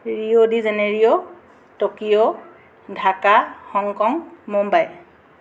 Rio de Janeiro Tokyo Dhaka Hong Kong Mumbai